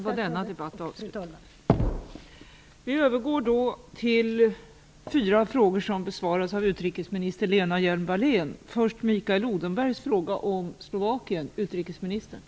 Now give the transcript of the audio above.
Jag hemställer att debatten i de frågor som ställts till utrikesminister Lena Hjelm-Wallén skall slutföras innan det blir ajournering.